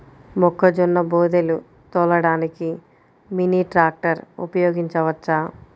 మొక్కజొన్న బోదెలు తోలడానికి మినీ ట్రాక్టర్ ఉపయోగించవచ్చా?